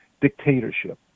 dictatorship